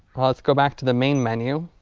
let's go back to the main menu